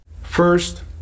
First